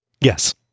Yes